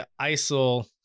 ISIL